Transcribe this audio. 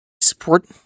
Support